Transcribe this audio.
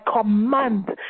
command